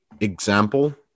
example